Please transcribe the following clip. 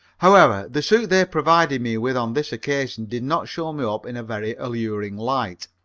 however, the suit they provided me with on this occasion did not show me up in a very alluring light.